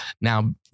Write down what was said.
now